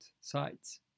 sides